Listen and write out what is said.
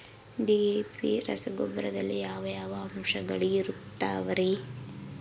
DAP ರಸಗೊಬ್ಬರದಲ್ಲಿ ಯಾವ ಯಾವ ಅಂಶಗಳಿರುತ್ತವರಿ?